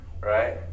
right